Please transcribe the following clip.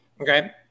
Okay